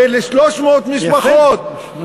ול-300 משפחות, יפה.